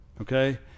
Okay